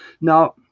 Now